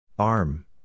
Arm